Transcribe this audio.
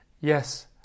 yes